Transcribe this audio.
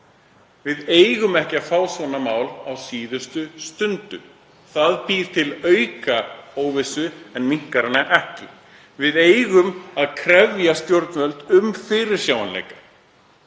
Við eigum ekki að fá svona mál á síðustu stundu, það býr til aukaóvissu en minnkar hana ekki. Við eigum að krefja stjórnvöld um fyrirsjáanleika.